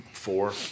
four